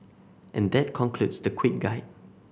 and that concludes the quick guide